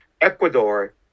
Ecuador